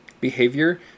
Behavior